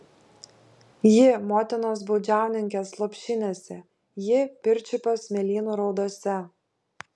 ji motinos baudžiauninkės lopšinėse ji pirčiupio smėlynų raudose